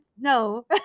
no